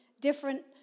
different